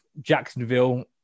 Jacksonville